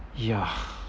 ya